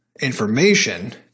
information